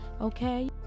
okay